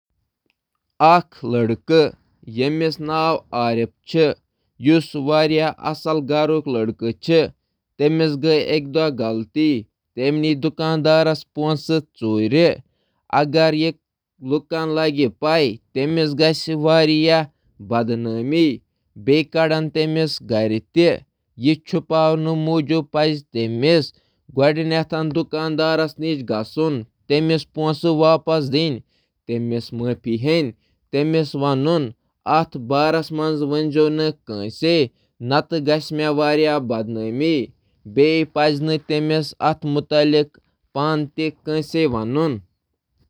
تصور کٔرِو، بہٕ چُھس پننِس دوست محمد عارف سُنٛد اکھ کردار بیان کران۔ سُہ اوس اکھ اصل نفر۔ تٔمۍ کٔر أکِس دُکانَس پٮ۪ٹھ پۄنٛسہٕ ژوٗرِ۔ اگر یہِ راز ظٲہِر یِیہِ کرنہٕ تیٚلہِ گَژھِ أمۍ سٕنٛز شہرت برباد۔ تٔمِس پَزِ دُکاندارس معٲفی منٛگٕنۍ تہٕ سُہ پۄنٛسہٕ واپس کرُن یُس أمۍ ژوٗرِ کوٚرمُت چھُ تہٕ دُکاندارس ونُن زِ یہِ راز مَہ کٔرِو ظٲہِر تہٕ تٔمِس پَزِ کٲنٛسہِ یہِ راز وننہٕ نِش تہِ پرہیز کرُن۔